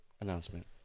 announcement